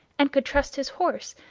and could trust his horse,